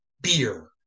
beer